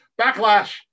Backlash